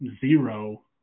zero